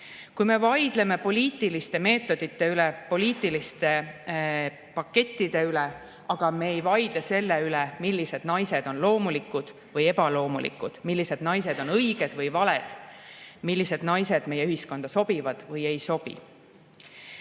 kui me vaidleme poliitiliste meetodite üle, poliitiliste pakettide üle, aga mitte ei vaidle selle üle, millised naised on loomulikud või ebaloomulikud, millised naised on õiged või valed, millised naised meie ühiskonda sobivad või ei sobi.